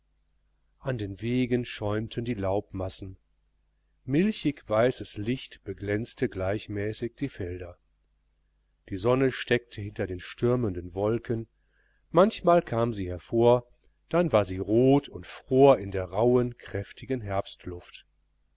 an den wegen schäumten die laubmassen milchigweißes licht beglänzte gleichmäßig die felder die sonne steckte hinter den stürmenden wolken manchmal kam sie hervor dann war sie rot und fror in der rauhen kräftigen herbstluft